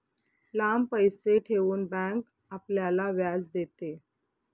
लांब पैसे ठेवून बँक आपल्याला व्याज देते